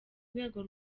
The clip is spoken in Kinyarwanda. rwego